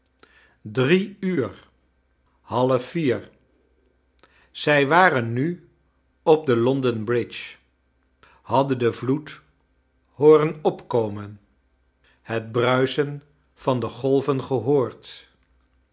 drie uur half vier zij waren nu op de london bridge hadden den vloed hooren opkomen het bruisen van de golven gehoord